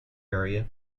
area